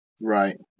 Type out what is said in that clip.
Right